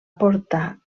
portar